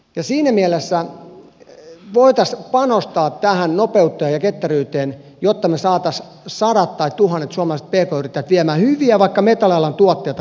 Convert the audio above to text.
ja siinä mielessä voitaisiin panostaa tähän nopeuteen ja ketteryyteen jotta me saisimme sadat tai tuhannet suomalaiset pk yrittäjät viemään hyviä vaikka metallialan tuotteita kiinalaisille toimijoille